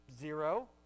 Zero